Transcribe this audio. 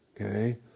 Okay